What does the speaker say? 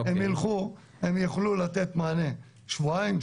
הם יוכלו לתת מענה שבועיים,